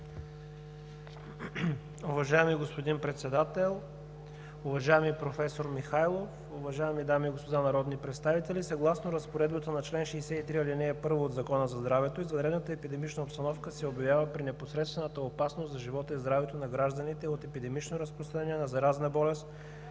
Уважаеми господин Председател, уважаеми професор Михайлов, уважаеми дами и господа народни представители! Съгласно разпоредбата на чл. 63, ал. 1 от Закона за здравето извънредната епидемична обстановка се обявява при непосредствената опасност за живота и здравето на гражданите от епидемично разпространение на заразна болест